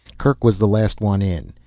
kerk was the last one in.